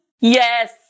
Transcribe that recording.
Yes